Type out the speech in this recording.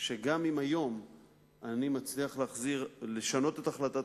שגם אם היום אני מצליח לשנות את החלטת